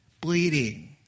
bleeding